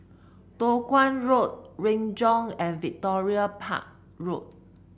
Toh Guan Road Renjong and Victoria Park Road